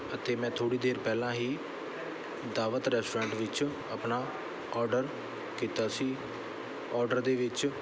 ਅਤੇ ਮੈਂ ਥੋੜ੍ਹੀ ਦੇਰ ਪਹਿਲਾਂ ਹੀ ਦਾਵਤ ਰੈਸਟੋਰੈਂਟ ਵਿੱਚ ਆਪਣਾ ਓਡਰ ਕੀਤਾ ਸੀ ਓਡਰ ਦੇ ਵਿੱਚ